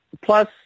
Plus